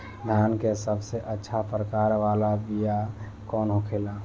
धान के सबसे अच्छा प्रकार वाला बीया कौन होखेला?